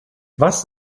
was